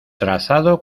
trazado